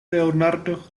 leonardo